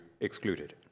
excluded